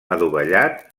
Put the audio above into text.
adovellat